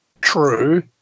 true